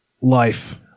life